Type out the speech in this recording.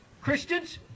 Christians